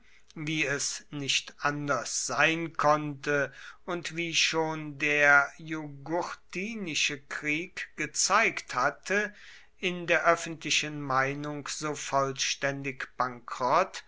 wie es nicht anders sein konnte und wie schon der jugurthinische krieg gezeigt hatte in der öffentlichen meinung so vollständig bankrott